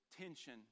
tension